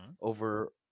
over